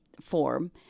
form